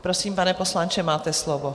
Prosím, pane poslanče, máte slovo.